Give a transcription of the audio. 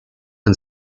and